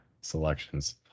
selections